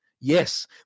yes